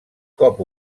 cop